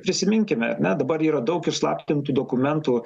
prisiminkime ar ne dabar yra daug išslaptintų dokumentų